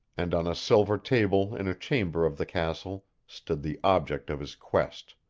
and on a silver table in a chamber of the castle stood the object of his quest.